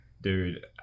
dude